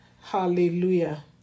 Hallelujah